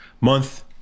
Month